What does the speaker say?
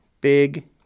Big